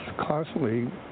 constantly